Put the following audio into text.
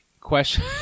question